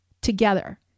together